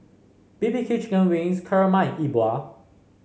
B B Q Chicken Wings kurma and Yi Bua